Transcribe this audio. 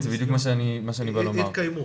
זה בדיוק מה שאני בא לומר.